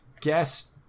guess